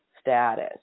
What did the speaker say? status